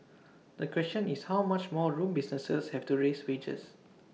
the question is how much more room businesses have to raise wages